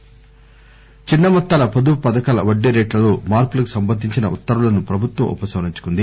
సీతారామస్ చిన్న మొత్తాల పొదుపు పథకాల వడ్డీ రేట్లలో మార్పులకు సంబంధించిన ఉత్తర్వలును ప్రభుత్వం ఉపసంహరించుకుంద